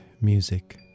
music